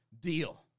Deal